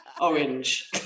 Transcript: Orange